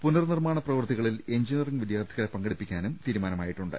പുനർ നിർമ്മാണ പ്രവൃ ത്തികളിൽ എഞ്ചിനീയറിംഗ് വിദ്യാർത്ഥികളെ പങ്കെടുപ്പി ക്കാനും തീരുമാനമായിട്ടുണ്ട്